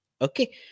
Okay